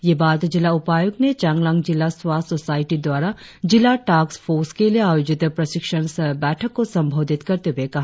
ये बात जिला उपायुक्त ने चांगलांग जिला स्वास्थ्य सोसायटी द्वारा जिला टास्क फोर्स के लिए आयोजित प्रशिक्षण सह बैठक को संबोधित करते हुए कहा